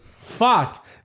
Fuck